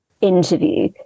interview